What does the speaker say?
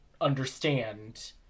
understand